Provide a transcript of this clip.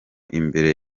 imbere